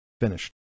finished